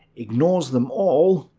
ignores them all,